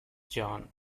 jon